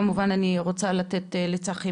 כמובן אני רוצה לתת לצחי